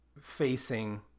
facing